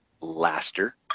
Laster